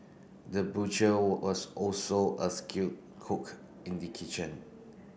the butcher was also a skilled cook in the kitchen